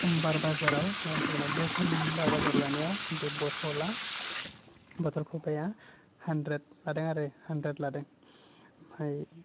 समबार बाजाराव लायनो थांदोंमोन बे समबार बाजार लायनायाव बे बथला बथल कफाया हान्ड्रेड लादों आरो हान्ड्रेड लादों आमफ्राइ